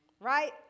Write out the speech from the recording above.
right